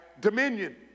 dominion